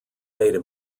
data